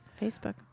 Facebook